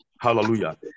Hallelujah